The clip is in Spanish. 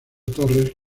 torres